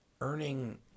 earning